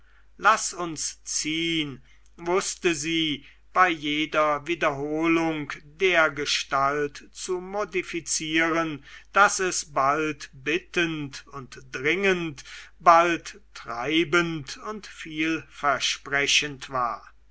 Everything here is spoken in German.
laß uns ziehn wußte sie bei jeder wiederholung dergestalt zu modifizieren daß es bald bittend und dringend bald treibend und vielversprechend war